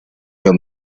the